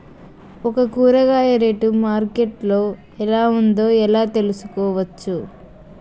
ఒక కూరగాయ rate market లో ఎలా ఉందో ఎలా తెలుసుకోవచ్చు?